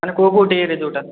ମାନେ କେଉଁ କେଉଁ ଡେରେ ଯେଉଁଟା